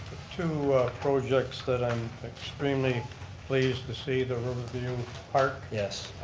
two projects that i'm extremely pleased to see. the riverview park. yes.